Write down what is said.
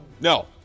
No